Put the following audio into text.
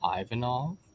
Ivanov